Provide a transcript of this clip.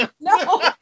No